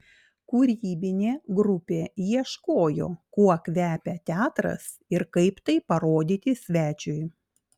kūrybinė grupė ieškojo kuo kvepia teatras ir kaip tai parodyti svečiui